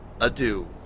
adieu